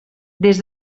des